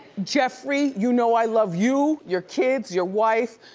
jeffrey, you know i love you, your kids, your wife,